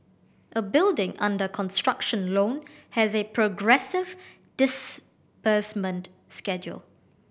a building under construction loan has a progressive disbursement schedule